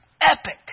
epic